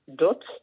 dot